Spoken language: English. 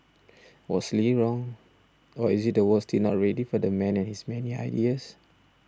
was Lee wrong or is it the world still not ready for the man and his many ideas